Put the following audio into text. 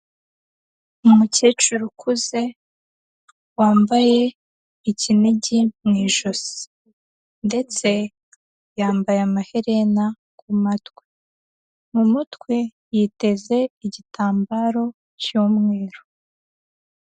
Umukecuru ukuze wambaye ikinigi mu ijosi ndetse yambaye amaherena ku matwi mu mutwe yiteze igitambaro cy'umweru.